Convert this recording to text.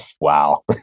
wow